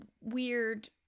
weird